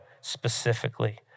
specifically